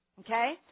Okay